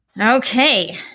Okay